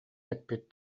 эппит